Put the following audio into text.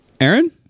aaron